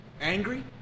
angry